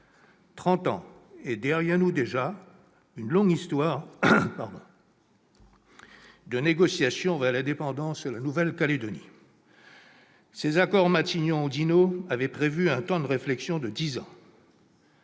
ans, et derrière nous déjà, une longue série de négociations vers l'indépendance de la Nouvelle-Calédonie. Ces accords Matignon-Oudinot avaient prévu un temps de réflexion de dix ans,